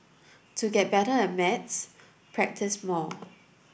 to get better at maths practise more